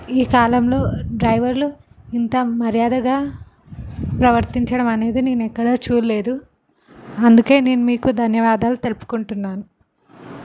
ఈ కాలంలో డ్రైవర్లు ఇంత మర్యాదగా ప్రవర్తించడం అనేది నేను ఎక్కడ చూలేదు అందుకే నేను మీకు ధన్యవాదాలు తెలుపుకుంటున్నాను